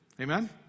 Amen